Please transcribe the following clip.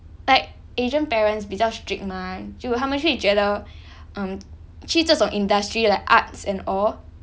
like asian parents 比较 strict mah 就他们会觉得 um 去这种 industry like arts and all